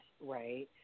right